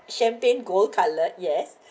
champagne gold colour yes